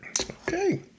Okay